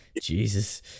Jesus